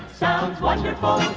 sounds wonderful,